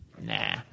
Nah